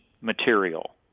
material